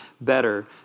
better